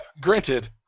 granted